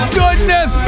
goodness